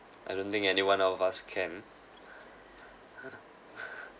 I don't think anyone of us can